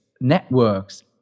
networks